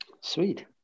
sweet